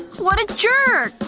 what a jerk.